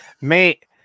mate